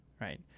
right